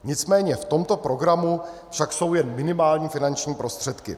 Nicméně v tomto programu však jsou jen minimální finanční prostředky.